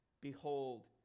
Behold